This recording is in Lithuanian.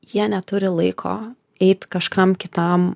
jie neturi laiko eit kažkam kitam